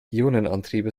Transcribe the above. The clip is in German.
ionenantriebe